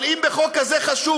אבל אם בחוק כזה חשוב,